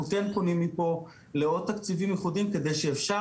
אנחנו כן פונים מפה לעוד תקציבים ייחודיים כדי שאפשר